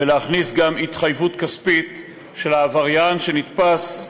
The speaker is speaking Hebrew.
ולהכניס גם התחייבות כספית של העבריין שנתפס,